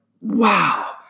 wow